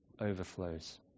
overflows